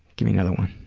give me another one.